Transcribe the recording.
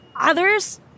others